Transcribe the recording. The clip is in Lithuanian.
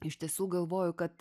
iš tiesų galvoju kad